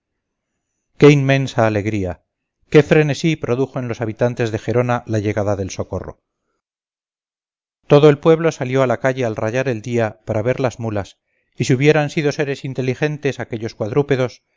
qué inmensa alegría qué frenesí produjo en los habitantes de gerona la llegada del socorro todo el pueblo salió a la calle al rayar el día para ver las mulas y si hubieran sido seres inteligentes aquellos cuadrúpedos